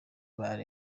bar